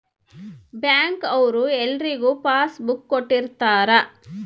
bank ಅವ್ರು ಎಲ್ರಿಗೂ passbook ಕೊಟ್ಟಿರ್ತರ